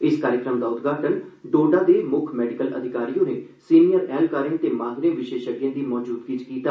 इस कार्यक्रम दा उद्घाटन डोडा दे मुक्ख मेडिकल अधिकारी होरें सीनियर ऐह्लकारें ते माहिरें दी मौजूदगी च कीता